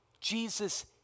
Jesus